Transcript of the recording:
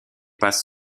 passe